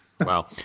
Wow